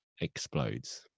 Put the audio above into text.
explodes